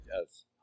Yes